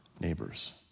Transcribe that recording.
neighbors